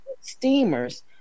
steamers